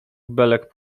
belek